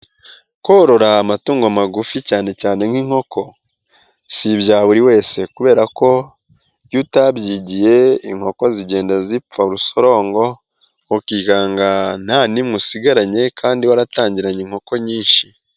Korora amatungo magufi cyane cyane nk'inkoko si ibya buri wese kubera ko iyo utabyigiye inkoko zigenda zipfa rusorongo ukikanga nta nimwe usigaranye kandi waratangiranye inkoko nyinshi.